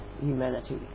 humanity